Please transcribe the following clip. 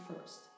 first